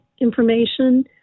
Information